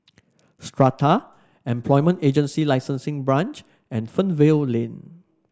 Strata Employment Agency Licensing Branch and Fernvale Lane